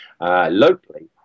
locally